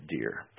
deer